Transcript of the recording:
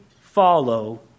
follow